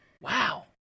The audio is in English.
Wow